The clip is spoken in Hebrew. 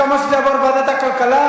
יש הסכמה שזה יעבור לוועדת הכלכלה,